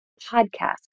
podcast